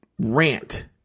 rant